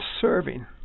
serving